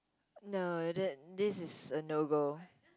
no that this is a no go